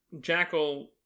jackal